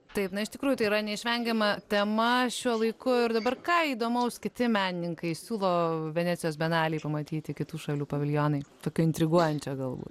taip na iš tikrųjų tai yra neišvengiama tema šiuo laiku ir dabar ką įdomaus kiti menininkai siūlo venecijos bienalėj pamatyti kitų šalių paviljonai tokio intriguojančio galbūt